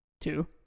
Two